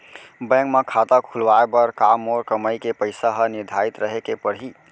Bank म खाता खुलवाये बर का मोर कमाई के पइसा ह निर्धारित रहे के पड़ही?